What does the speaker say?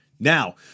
Now